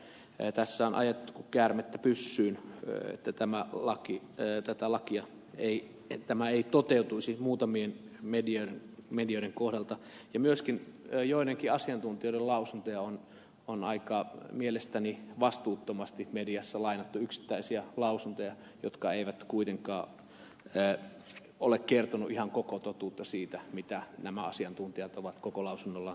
välillä tuntuu että tässä on ajettu kuin käärmettä pyssyyn että tämä laki ei tätä lakia ei tämä ei toteutuisi muutamien medioiden kohdalta ja myöskin joidenkin asiantuntijoiden lausuntoja on mielestäni aika vastuuttomasti mediassa lainattu yksittäisiä lausuntoja jotka eivät kuitenkaan ole kertoneet ihan koko totuutta siitä mitä nämä asiantuntijat ovat koko lausunnollaan tarkoittaneet